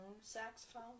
saxophone